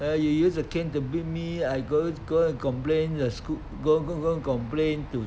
ah you use the cane to beat me I go go complain to sch~ go go go complain to